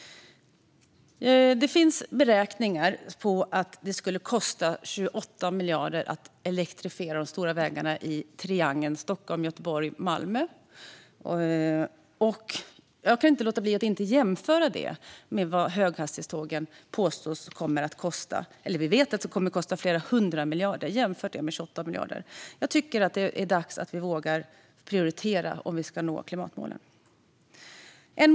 Det finns beräkningar på att det skulle kosta 28 miljarder att elektrifiera de stora vägarna i triangeln Stockholm-Göteborg-Malmö. Jag kan inte låta bli att jämföra detta med vad höghastighetstågen påstås komma att kosta - vi vet att de kommer att kosta flera hundra miljarder - jämfört med 28 miljarder. Jag tycker att det är dags att vi vågar prioritera om vi ska nå klimatmålen.